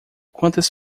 quantas